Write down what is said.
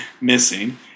missing